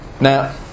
now